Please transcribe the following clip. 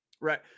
Right